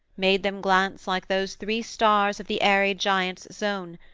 made them glance like those three stars of the airy giant's zone,